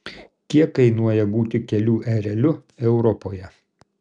kiek kainuoja būti kelių ereliu europoje